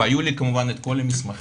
והיו לי כמובן את כל המסמכים,